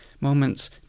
moments